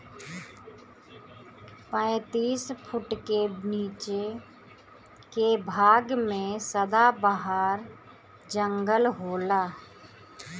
पैतीस फुट के नीचे के भाग में सदाबहार जंगल होला